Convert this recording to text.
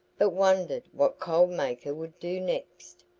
but wondered what cold maker would do next.